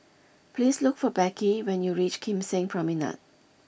please look for Becky when you reach Kim Seng Promenade